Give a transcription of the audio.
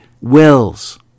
wills